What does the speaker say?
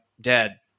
dead